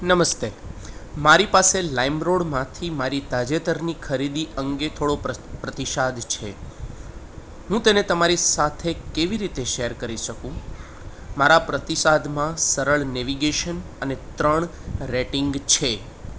નમસ્તે મારી પાસે લાઈમરોડમાંથી મારી તાજેતરની ખરીદી અંગે થોડો પ્રસ્ત પ્રતિસાદ છે હું તેને તમારી સાથે કેવી રીતે શેર કરી શકું મારા પ્રતિસાદમાં સરળ નેવિગેશન અને ત્રણ રેટિંગ છે